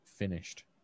finished